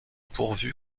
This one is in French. pourvu